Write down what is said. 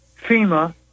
FEMA